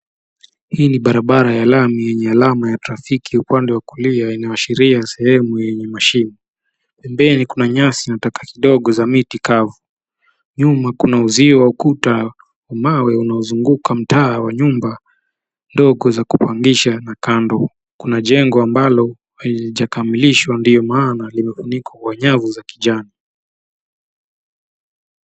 Hii ni barabara ya Lami yenye alama ya trafiki upande wa kulia inayoashiria sehemu yenye mashine. Mbele kuna nyasi na taka kidogo za miti kavu. Nyuma kuna uzio wa ukuta wa mawe unaozunguka mtaa wa nyumba ndogo za kupangisha na kando kuna jengo ambalo halijakamilika, ndiyo maana limefunikwa kwa nyavu za kijani.